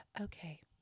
okay